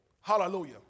Hallelujah